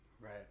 Right